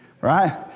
Right